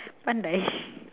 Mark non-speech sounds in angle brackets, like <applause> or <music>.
pandai <breath>